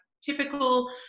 typical